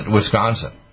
Wisconsin